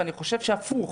ואני חושב שהפוך,